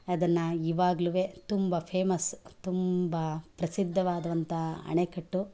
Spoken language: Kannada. ಅದನ್ನು ಇವಾಗಲೂ ತುಂಬ ಫೇಮಸ್ ತುಂಬ ಪ್ರಸಿದ್ಧವಾದಂಥ ಅಣೆಕಟ್ಟು